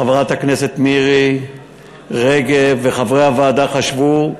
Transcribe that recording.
חברת הכנסת מירי רגב וחברי הוועדה חשבו,